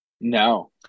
No